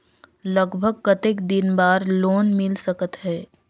लगभग कतेक दिन बार लोन मिल सकत हे?